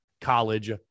college